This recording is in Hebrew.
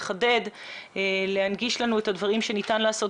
לחדד ולהנגיש לנו את הדברים שניתן לעשות